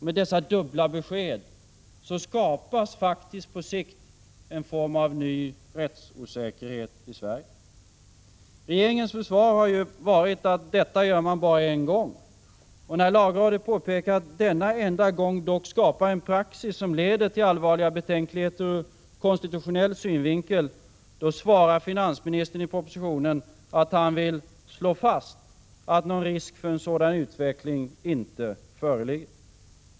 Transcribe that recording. Med dessa dubbla besked skapas på sikt en ny rättsosäkerhet i Sverige. Regeringens försvar har varit att detta görs bara en gång. När lagrådet har påpekat att denna enda gång dock skapar en praxis som leder till allvarliga betänkligheter ur konstitutionell synvinkel, svarar finansministern i propositionen att han vill ”slå fast att någon risk för en sådan utveckling inte föreligger”.